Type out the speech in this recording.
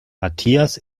matthias